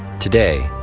today,